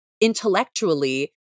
intellectually